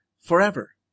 forever